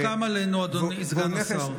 מוסכם עלינו, אדוני סגן השר.